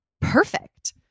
perfect